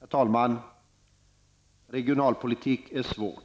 Herr talman! Regionalpolitik är svårt.